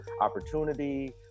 opportunity